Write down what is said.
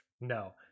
No